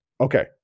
Okay